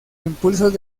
impulsos